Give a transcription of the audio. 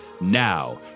Now